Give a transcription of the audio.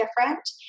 different